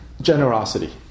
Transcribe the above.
generosity